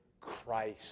Christ